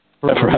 Forever